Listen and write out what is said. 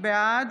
בעד